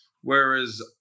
Whereas